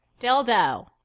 Dildo